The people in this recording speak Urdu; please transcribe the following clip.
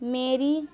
میری